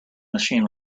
machine